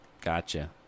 Gotcha